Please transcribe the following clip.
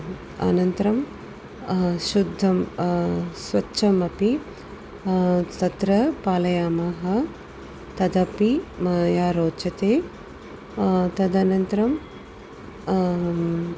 अनन्तरं शुद्धं स्वच्छमपि तत्र पालयामः तदपि मया रोचते तदनन्तरम्